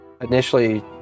initially